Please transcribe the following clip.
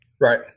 Right